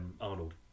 Arnold